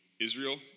Israel